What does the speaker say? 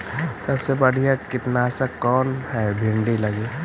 सबसे बढ़िया कित्नासक कौन है भिन्डी लगी?